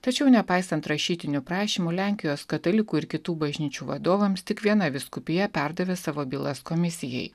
tačiau nepaisant rašytinių prašymų lenkijos katalikų ir kitų bažnyčių vadovams tik viena vyskupija perdavė savo bylas komisijai